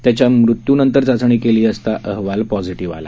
त्याची मृत्यूनंतर चाचणी केली असता अहवाल पॉझीटीव्ह आला